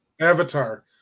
Avatar